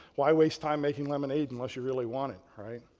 why waste time making lemonade unless you really want it, right?